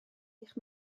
eich